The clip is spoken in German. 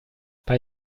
bei